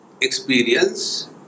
experience